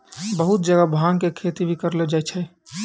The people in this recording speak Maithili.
बहुत जगह भांग के खेती भी करलो जाय छै